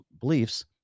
beliefs